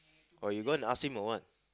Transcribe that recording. oh you gonna ask him or what